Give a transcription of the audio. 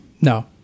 No